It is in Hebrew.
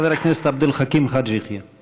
חבר הכנסת עבד אל חכים חאג' יחיא.